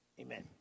Amen